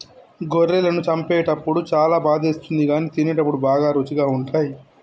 గొర్రెలను చంపేటప్పుడు చాలా బాధేస్తుంది కానీ తినేటప్పుడు బాగా రుచిగా ఉంటాయి